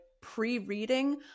pre-reading